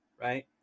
Right